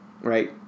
right